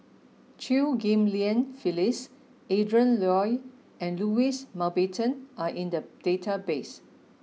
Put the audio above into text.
Chew Ghim Lian Phyllis Adrin Loi and Louis Mountbatten are in the database